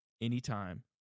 anytime